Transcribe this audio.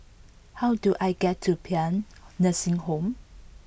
how do I get to Paean Nursing Home